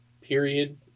period